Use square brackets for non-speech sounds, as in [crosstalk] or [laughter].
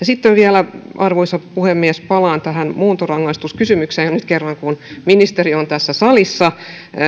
[unintelligible] sitten vielä arvoisa puhemies palaan muuntorangaistuskysymykseen nyt kun kerran ministeri on tässä salissa